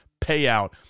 payout